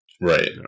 Right